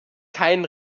kein